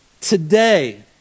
Today